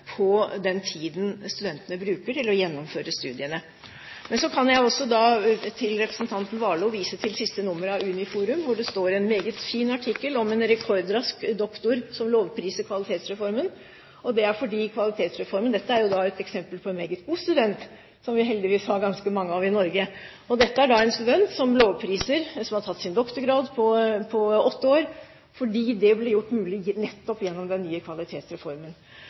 på den tiden studentene bruker til å gjennomføre studiene. Men så kan jeg også til representanten Warloe vise til siste nummer av Uniforum hvor det står en meget fin artikkel om en rekordrask doktor som lovpriser Kvalitetsreformen. Dette er et eksempel på en meget god student – som vi heldigvis har ganske mange av i Norge – og dette er en student som lovpriser Kvalitetsreformen, og som har tatt sin doktorgrad på åtte år, fordi det ble mulig nettopp gjennom den nye Kvalitetsreformen.